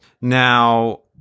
Now